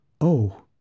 Oh